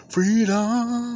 Freedom